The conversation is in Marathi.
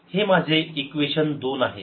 हे माझे इक्वेशन दोन आहे